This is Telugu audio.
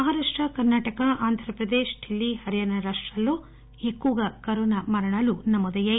మహారాష్ట కర్నాటక ఆంధ్రప్రదేశ్ ఢిల్లీ హర్యానా రాష్టాల్లో ఎక్కువగా కరోనా మరణాలు నమోదయ్యాయి